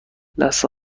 لثه